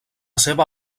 seva